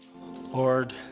Lord